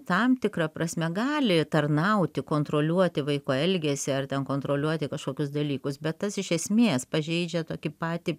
tam tikra prasme gali tarnauti kontroliuoti vaiko elgesį ar ten kontroliuoti kažkokius dalykus bet tas iš esmės pažeidžia tokį patį